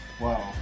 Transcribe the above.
Wow